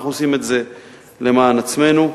אנחנו עושים את זה למען עצמנו.